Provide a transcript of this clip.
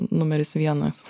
numeris vienas